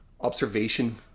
observation